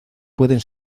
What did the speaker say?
pueden